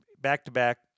back-to-back